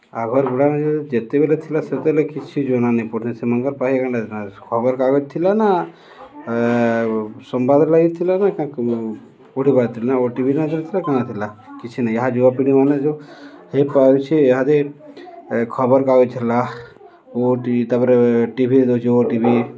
ଆଗର୍ ବୁଢ଼ାମାନେ ଯେତେବେଲେ ଥିଲେ ସେତେବେଲ୍ କିଛି ଜଣାନାଇଁ ପଡ଼ୁଥାଇ ସେମାନଙ୍କର ପାଖେ କାଣା ଖବର୍କାଗଜ୍ ଥିଲା ନା ସମ୍ବାଦ ଲାଗିଥିଲା ନା କ ପଢ଼ି ପାରୁଥିଲେ ନା ଓ ଟି ଭି ନା ଥିଲା କାଣା ଥିଲା କିଛି ନାଇଁ ଏହା ଯୁବପିଢ଼ିମାନେ ଯୋଉ ହେଇପାରୁଛେ ଇହାଦେ ଯଦି ଖବରକାଗଜ ହେଲା ଓ ଟି ଭି ତାପରେ ଟିଭିରେ ଦଉଛେ ଓ ଟି ଭି